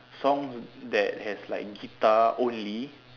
song that have like guitar only